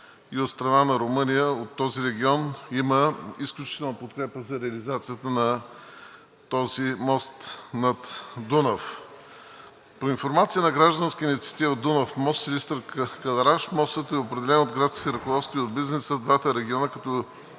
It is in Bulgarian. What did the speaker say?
мостът е определен от градските ръководства и от бизнеса в двата региона като